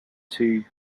two